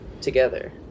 together